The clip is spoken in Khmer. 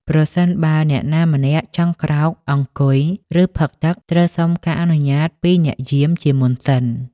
ប្រសិនបើអ្នកណាម្នាក់ចង់ក្រោក អង្គុយ ឬផឹកទឹក ត្រូវសុំការអនុញ្ញាតពីអ្នកយាម ជាមុនសិន។